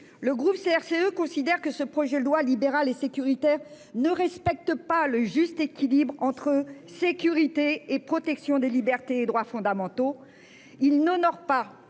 le groupe CRCE considère que ce projet de loi libérale et sécuritaire ne respectent pas le juste équilibre entre sécurité et protection des libertés et droits fondamentaux il n'honore pas